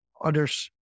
others